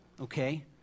okay